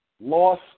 loss